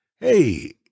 hey